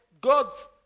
God's